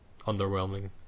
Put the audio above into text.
underwhelming